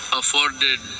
afforded